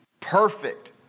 perfect